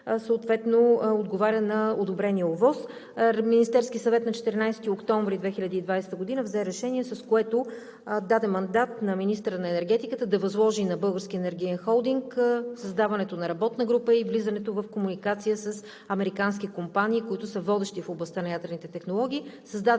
която отговаря на одобрената ОВОС. На 14 октомври 2020 г. Министерският съвет взе решение, с което даде мандат на министъра на енергетиката да възложи на Българския енергиен холдинг създаването на работна група и влизането в комуникация с американски компании, които са водещи в областта на ядрените технологии.